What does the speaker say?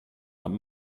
than